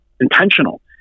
intentional